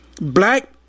black